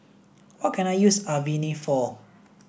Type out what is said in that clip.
what can I use Avene for